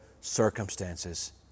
circumstances